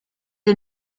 est